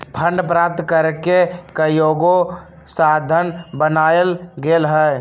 fund प्राप्त करेके कयगो साधन बनाएल गेल हइ